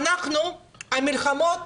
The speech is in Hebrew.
מלחמות